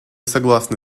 согласны